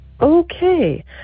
okay